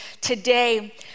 today